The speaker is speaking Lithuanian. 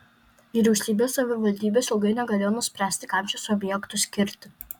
vyriausybė savivaldybės ilgai negalėjo nuspręsti kam šiuos objektus skirti